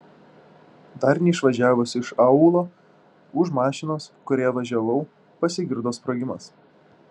dar neišvažiavus iš aūlo už mašinos kurioje važiavau pasigirdo sprogimas